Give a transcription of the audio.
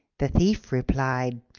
the thief replied,